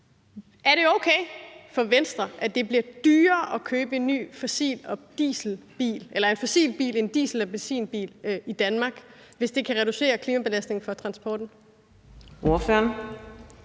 Er det okay for Venstre, at det bliver dyrere at købe en ny fossilbil, en diesel- og benzinbil, i Danmark, hvis det kan reducere klimabelastningen fra transporten?